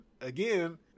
again